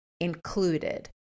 included